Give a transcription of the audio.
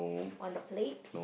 on the plate